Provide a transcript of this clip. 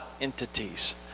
entities